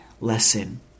lesson